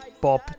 Bob